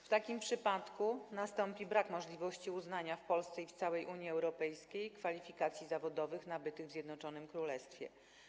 W takim przypadku nastąpi brak możliwości uznania w Polsce i w całej Unii Europejskiej kwalifikacji zawodowych nabytych w Zjednoczonym Królestwie.